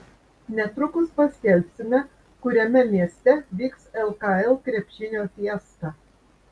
netrukus paskelbsime kuriame mieste vyks lkl krepšinio fiesta